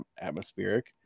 atmospheric